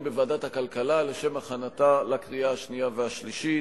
בוועדת הכלכלה לשם הכנתה לקריאה השנייה והשלישית.